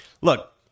look